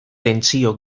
tentsio